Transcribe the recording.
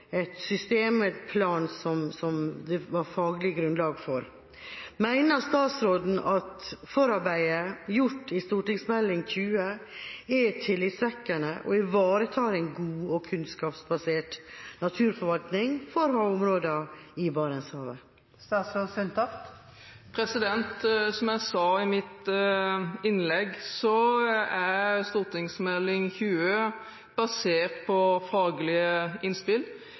et system og en plan som det var faglig grunnlag for. Mener statsråden at forarbeidet gjort i Meld. St. 20 er tillitvekkende og ivaretar en god og kunnskapsbasert naturforvaltning for områdene i Barentshavet? Som jeg sa i mitt innlegg, er Meld. St. 20 basert på faglige innspill.